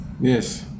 yes